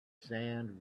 sand